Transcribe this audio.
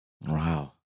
wow